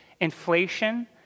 inflation